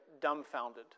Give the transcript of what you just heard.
dumbfounded